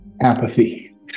Apathy